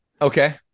Okay